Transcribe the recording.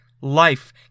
Life